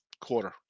quarter